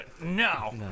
No